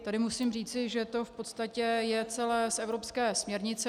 Tady musím říci, že to v podstatě je celé z evropské směrnice.